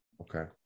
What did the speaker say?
Okay